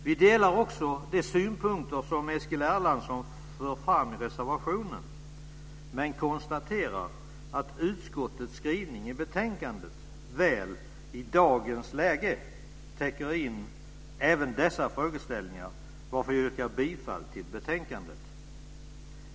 Vi delar också de synpunkter som Eskil Erlandsson framför i reservationen men konstaterar att utskottets skrivning i betänkandet väl, i dagens läge, täcker in även dessa frågeställningar, varför jag yrkar bifall till utskottets hemställan.